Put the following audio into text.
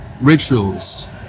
rituals